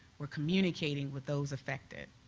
we're communicating with those affected,